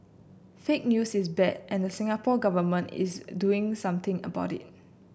fake news is bad and the Singapore Government is doing something about it